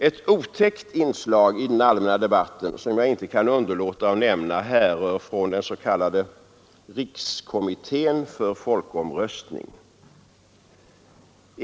Ett otäckt inslag i den allmänna debatten, som jag inte kan underlåta att här nämna, härrör från den s.k. rikskommittén för folkomröstning.